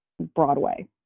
broadway